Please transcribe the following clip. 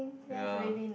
ya